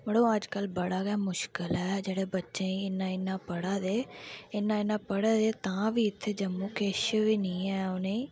मढ़ो अज्जकल बड़ा गै मुश्कल ऐ जेह्ड़े बच्चे इन्ना इन्ना पढ़ा दे इन्ना इन्ना पढ़ा दे तां बी इत्थें जम्मू किश बी नीं ऐ उनेंगी